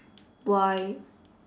why